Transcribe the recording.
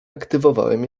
aktywowałem